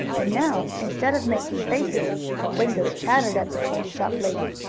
and now, instead of making faces wango chattered at the candy-shop lady.